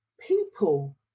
people